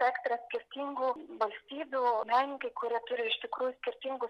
ekstra skirtingų valstybių menininkai kurie turi iš tikrųjų skirtingus